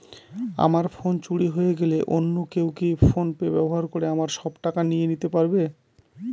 আমার ফোন চুরি হয়ে গেলে অন্য কেউ কি ফোন পে ব্যবহার করে আমার সব টাকা নিয়ে নিতে পারবে?